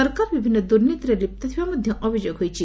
ସରକାର ବିଭିନ୍ ଦୂର୍ନୀତିରେ ଲିପ୍ତ ଥିବା ଅଭିଯୋଗ ହୋଇଛି